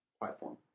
platform